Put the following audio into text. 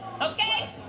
Okay